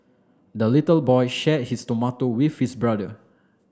the little boy shared his tomato with his brother